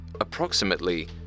approximately